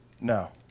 No